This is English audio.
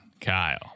Kyle